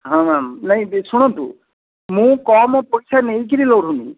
ହଁ ମ୍ୟାମ୍ ନାଇଁ ଶୁଣନ୍ତୁ ମୁଁ କମ ପଇସା ନେଇକିରି ଲଢ଼ୁନି